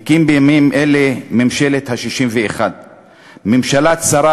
הקים בימים אלה ממשלת 61. ממשלה צרה,